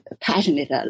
passionate